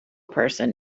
person